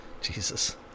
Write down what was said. Jesus